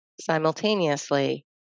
simultaneously